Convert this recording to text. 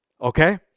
okay